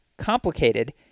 complicated